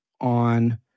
on